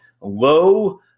low